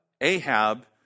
Ahab